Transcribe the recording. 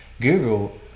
Google